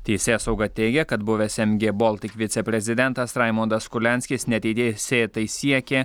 teisėsauga teigia kad buvęs em gie boltik viceprezidentas raimondas kurlianskis nedei neteisėtai siekė